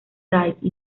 dyke